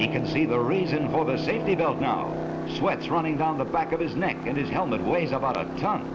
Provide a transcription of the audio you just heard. he can see the reason for the safety belt now sweats running down the back of his neck and his helmet weighs about a ton